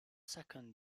second